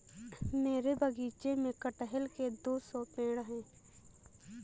मेरे बगीचे में कठहल के दो सौ पेड़ है